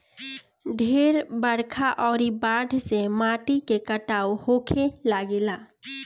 ढेर बरखा अउरी बाढ़ से माटी के कटाव होखे लागेला